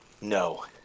No